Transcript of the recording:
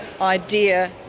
idea